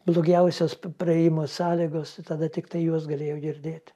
blogiausios praėjimo sąlygos tai tada tiktai juos galėjau girdėti